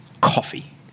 coffee